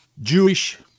Jewish